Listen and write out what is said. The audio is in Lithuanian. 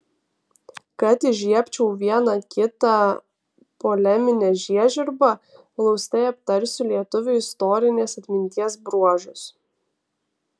kad įžiebčiau vieną kitą poleminę žiežirbą glaustai aptarsiu lietuvių istorinės atminties bruožus